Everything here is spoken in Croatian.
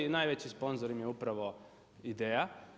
Najveći sponzor im je upravo IDEA.